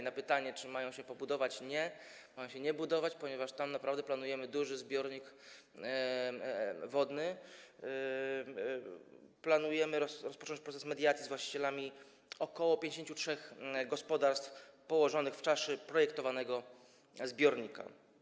Na pytanie, czy mają się pobudować, odpowiem: nie, mają się nie budować, ponieważ tam naprawdę planujemy utworzyć duży zbiornik wodny, planujemy rozpocząć proces mediacji z właścicielami ok. 53 gospodarstw położonych w czaszy projektowanego zbiornika.